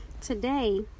Today